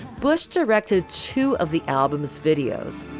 bush directed two of the albums videos.